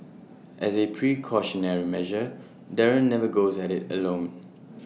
as A precautionary measure Darren never goes at IT alone